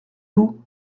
vous